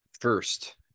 first